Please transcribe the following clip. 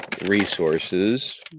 resources